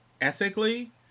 Ethically